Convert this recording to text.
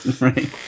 Right